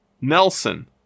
Nelson